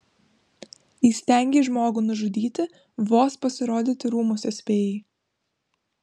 įstengei žmogų nužudyti vos pasirodyti rūmuose spėjai